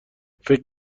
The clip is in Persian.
فکر